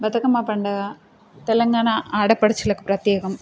బతుకమ్మ పండగ తెలంగాణ ఆడపడుచులకు ప్రత్యేకం